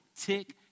tick